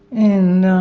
and